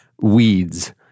weeds